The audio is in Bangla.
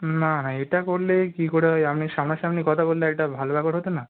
না না এটা করলে কী করে হয় আপনি সামনা সামনি কথা বললে একটা ভালো ব্যাপার হতো না